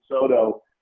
Soto